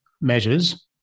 measures